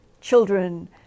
children